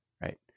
right